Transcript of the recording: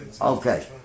Okay